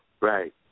Right